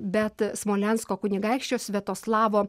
bet smolensko kunigaikščio sviatoslavo